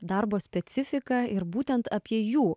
darbo specifiką ir būtent apie jų